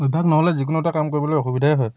অভ্যাস নহ'লে যিকোনো এটা কাম কৰিবলৈ অসুবিধাই হয়